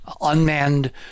unmanned